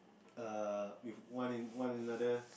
err with one and one another